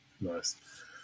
Nice